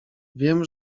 wiem